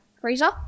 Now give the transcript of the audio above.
freezer